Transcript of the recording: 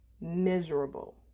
miserable